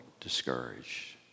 discouraged